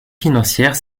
financières